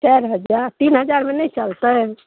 चारि हजार तीन हजार मे नहि चलतै